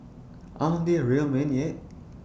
aren't they real men yet